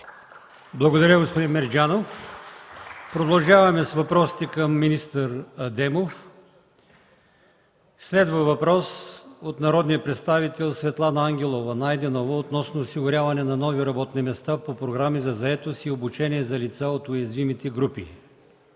Благодаря, господин Мерджанов. Продължаваме с въпросите към министър Адемов. Следва въпрос от народния представител Светлана Ангелова Найденова относно осигуряване на нови работни места по програми за заетост и обучение за лица от уязвимите групи.